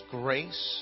grace